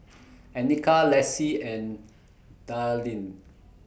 Annika Lessie and Darlyne